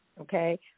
okay